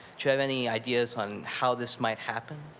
you have any ideas on how this might happen?